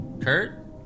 Kurt